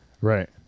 Right